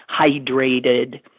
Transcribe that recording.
hydrated